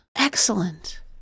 Excellent